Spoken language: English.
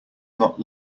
not